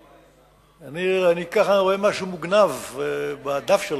אני, ככה, רואה משהו מוגנב בדף שלך.